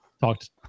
talked